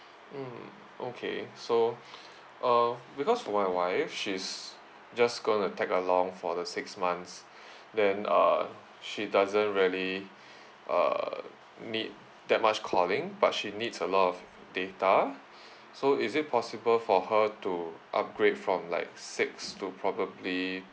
mm okay so uh because my wife she's just going to tag along for the six months then uh she doesn't really uh need that much calling but she needs a lot of data so is it possible for her to upgrade from like six to probably